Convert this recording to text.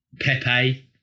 Pepe